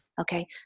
Okay